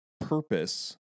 purpose